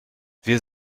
wir